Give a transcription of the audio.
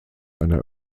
einer